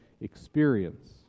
experience